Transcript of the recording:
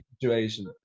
situation